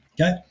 Okay